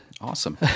awesome